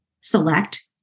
select